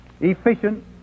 efficient